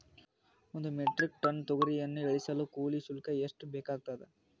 ಒಂದು metric ton ತೊಗರಿಯನ್ನು ಇಳಿಸಲು ಕೂಲಿ ಶುಲ್ಕ ಎಷ್ಟು ಬೇಕಾಗತದಾ?